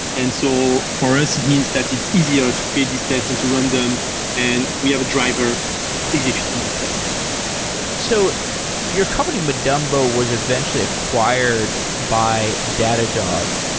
and so for us, it means that it's easier to create these steps and to run them and we have a driver executing these steps so your company, madumbo, was eventually acquired by datadog.